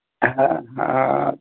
हां हां हां